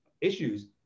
issues